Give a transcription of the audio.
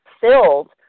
filled